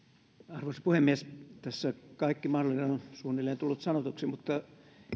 arvoisa puhemies tässä on kaikki mahdollinen suunnilleen tullut sanotuksi mutta